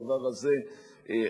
הדבר הזה חוסך,